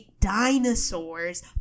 dinosaurs